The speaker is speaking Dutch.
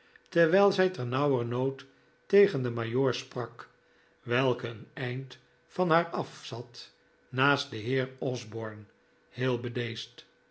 terwijl zij ternauwernood tegen den majoor sprak welke een eind van haar af zat naast den heer osborne heel